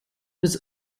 was